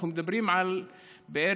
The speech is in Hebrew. אנחנו מדברים על בערך